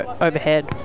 overhead